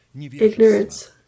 ignorance